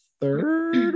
third